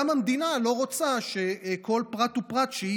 גם המדינה לא רוצה שכל פרט ופרט שהיא